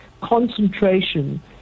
concentration